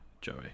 joey